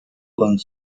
und